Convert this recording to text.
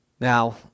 Now